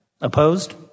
Opposed